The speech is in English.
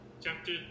Chapter